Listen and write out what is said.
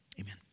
Amen